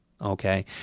Okay